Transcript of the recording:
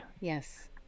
yes